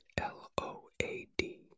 L-O-A-D